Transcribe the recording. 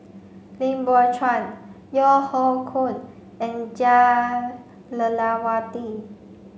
Lim Biow Chuan Yeo Hoe Koon and Jah Lelawati